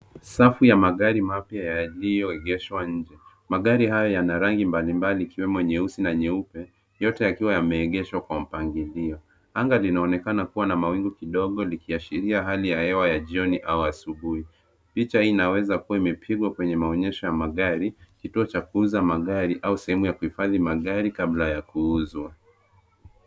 Safu ya magari mapya yaliyoegeshwa nje, magari hayo yana rangi mbalimbali ikiwemo nyeusi na nyeupe, yote yakiwa yameegeshwa kwa mpangilio. Anga linaonekana kuwa na mawingu kidogo, likiashiria hali ya hewa ya jioni au asubuhi. Picha hii inaweza kuwa imepigwa kwenye maonyesho ya magari, kituo cha kuuza magari au sehemu ya kuhifadhi magari kabla ya kuuzwa.